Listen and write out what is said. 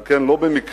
על כן לא במקרה